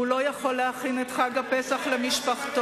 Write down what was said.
הוא לא יכול להכין את חג הפסח למשפחתו,